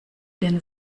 den